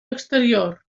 exterior